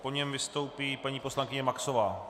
Po něm vystoupí paní poslankyně Maxová.